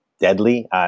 deadly